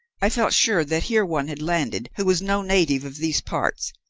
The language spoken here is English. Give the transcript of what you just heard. i felt sure that here one had landed who was no native of these parts,